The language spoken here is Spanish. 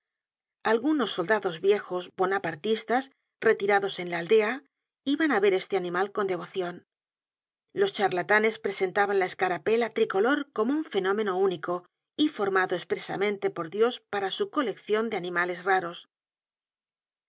algunos soldados viejos bonapartistas retirados en la aldea iban á ver este animal con devocion los charlatanes presentaban la escarapela tricolor como un fenómeno único y formado espresamente por dios para su coleccion de animales raros